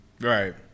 Right